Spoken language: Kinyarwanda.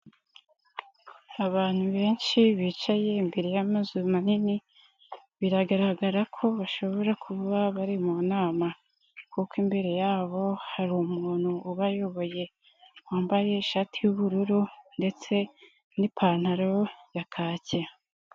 Abantu benshi bicaye imbere y'amazu manini, biragaragara ko bashobora kuba bari mu nama, kuko imbere yabo hari umuntu ubayoboye wambaye ishati y'ubururu ndetse n'ipantaro ya kake.